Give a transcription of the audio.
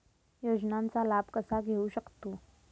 योजनांचा लाभ कसा घेऊ शकतू?